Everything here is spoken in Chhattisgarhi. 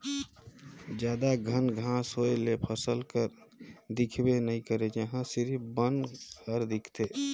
जादा घन घांस होए ले फसल हर दिखबे नइ करे उहां सिरिफ बन हर दिखथे